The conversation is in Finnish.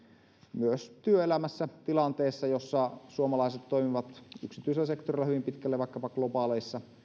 myös työelämässä tilanteessa jossa suomalaiset toimivat yksityisellä sektorilla hyvin pitkälle vaikkapa globaaleissa